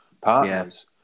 partners